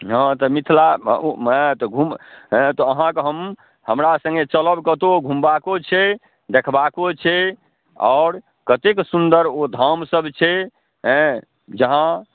हँ तऽ मिथिला नहि तऽ ओ अँए तऽ अहाँके हम हमरा सङ्गे चलब कतहु घुमबाको छै देखबाको छै आओर कतेक सुन्दर ओ धामसब छै अँए जहाँ